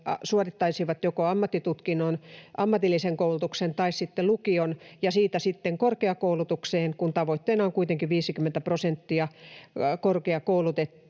suorittaisivat joko ammattitutkinnon, ammatillisen koulutuksen tai sitten lukion ja siitä sitten korkeakoulutukseen, kun tavoitteena on kuitenkin 50 prosenttia korkeakoulutettuja